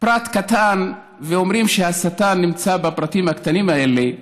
פרט קטן, ואומרים שהשטן נמצא בפרטים הקטנים האלה: